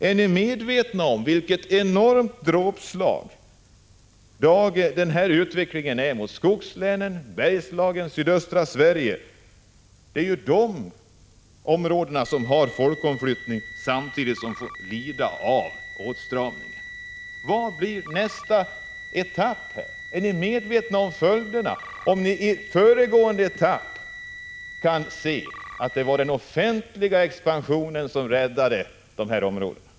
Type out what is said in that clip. Är ni medvetna om vilket enormt dråpslag denna utveckling är mot skogslänen, Bergslagen och sydöstra Sverige? Det är ju de områden som har folkomflyttning som samtidigt också har fått lida av åtstramningen. Vad blir nästa etapp, och är ni medvetna om följderna av den? I den föregående etappen kunde vi ju se att det var den offentliga expansionen som räddade dessa områden.